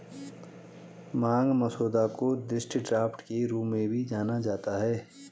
मांग मसौदा को दृष्टि ड्राफ्ट के रूप में भी जाना जाता है